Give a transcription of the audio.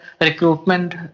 recruitment